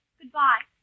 Goodbye